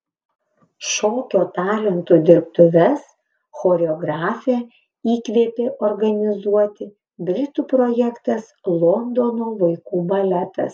šokio talentų dirbtuves choreografę įkvėpė organizuoti britų projektas londono vaikų baletas